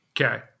Okay